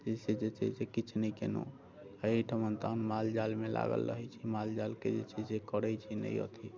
ताहिसँ जे छै से किछु नहि केलहुँ एहिठिमन तऽ हम माल जालमे लागल रहैत छी माल जालके जे छै से करैत छी नहि अथि